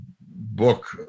book